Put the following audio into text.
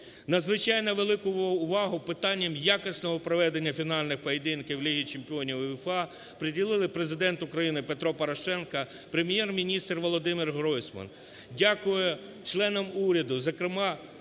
Надзвичайно велику увагу питанням якісного проведення фінальних поєдинків Ліги чемпіонів УЄФА приділили Президент України Петро Порошенко, Прем'єр-міністр Володимир Гройсман. Дякую членам уряду, зокрема,